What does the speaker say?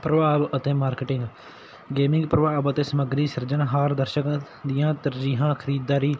ਪ੍ਰਭਾਵ ਅਤੇ marketing gaming ਪ੍ਰਭਾਵ ਅਤੇ ਸਮੱਗਰੀ ਸਿਰਜਣਹਾਰ ਦਰਸ਼ਕ ਦੀਆਂ ਤਰਜੀਹਾਂ ਖਰੀਦਦਾਰੀ